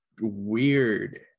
weird